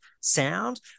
sound